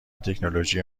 تکنولوژی